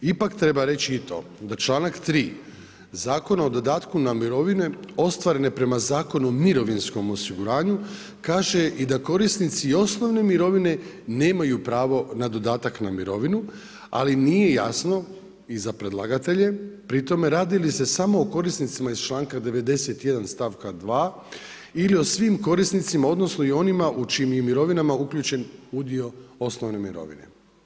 Ipak treba reći i to da članak 3. Zakona o dodatku na mirovine ostvarene prema Zakonu o mirovinskom osiguranju kaže i da korisnici osnovne mirovine nemaju pravo na dodatak na mirovinu, ali nije jasno i za predlagatelje pri tome radi li se samo o korisnicima iz članka 91. stavka 2. ili o svim korisnicima odnosno i onima u čijim je mirovinama uključen udio osnovne mirovine.